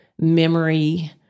memory